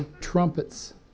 trumpets